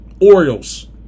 Orioles